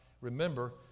remember